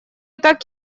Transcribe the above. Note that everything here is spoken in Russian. так